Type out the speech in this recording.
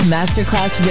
Masterclass